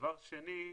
דבר שני,